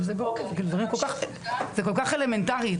זה כל כך אלמנטרי.